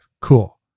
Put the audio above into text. Cool